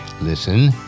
Listen